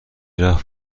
رفت